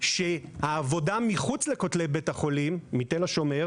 שהעבודה מחוץ לכותלי בית החולים תל השומר,